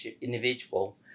individual